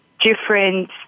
different